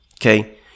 Okay